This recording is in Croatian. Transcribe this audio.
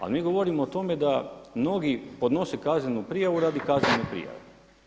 Ali mi govorimo o tome da mnogi podnose kaznenu prijavu radi kaznene prijave.